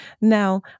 Now